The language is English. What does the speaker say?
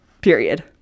period